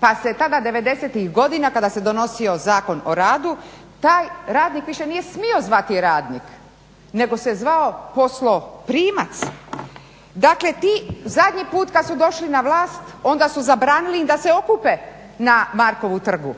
pa se tada 90-tih godina kada se donosio Zakon o radu, taj radnik više nije smio zvati radnik nego se zvao posloprimac. Dakle ti, zadnji put kad su došli na vlast onda su zabranili da se okupe na Markovu trgu,